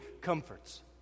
comforts